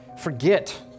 forget